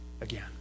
again